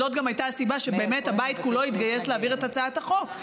זאת גם הייתה הסיבה שבאמת הבית כולו התגייס להעביר את הצעת החוק.